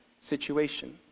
situation